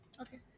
okay